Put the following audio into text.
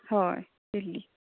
हय दिल्ली